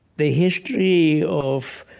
the history of